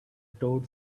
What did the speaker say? toad